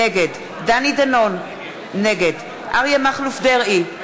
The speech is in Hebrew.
נגד דני דנון, נגד אריה מכלוף דרעי,